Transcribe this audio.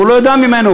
והוא לא יודע מהם,